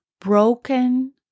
broken